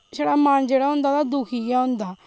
छड़ा मन जेह्ड़ा ओह् दुक्खी गे होंदा